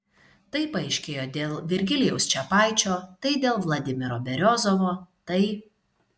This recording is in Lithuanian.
tai paaiškėjo dėl virgilijaus čepaičio tai dėl vladimiro beriozovo tai